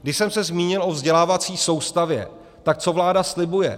Když jsem se zmínil o vzdělávací soustavě, tak co vláda slibuje?